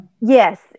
Yes